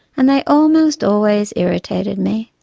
and they almost always irritated me.